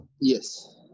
Yes